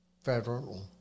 federal